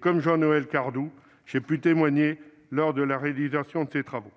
Comme Jean-Noël Cardoux, j'ai pu témoigner lors de la réalisation de ces travaux.